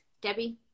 Debbie